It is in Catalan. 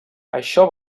això